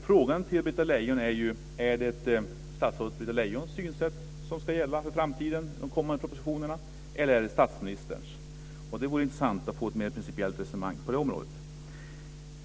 Frågan till Britta Lejon är följande: Är det statsrådet Britta Lejons synsätt som ska gälla inför framtiden i de kommande propositionerna eller är det statsministerns? Det vore intressant att få höra ett principiellt resonemang på det området.